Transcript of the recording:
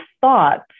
thoughts